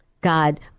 God